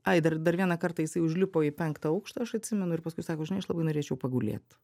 ai dar dar vieną kartą jisai užlipo į penktą aukštą aš atsimenu ir paskui sako žinai aš labai norėčiau pagulėt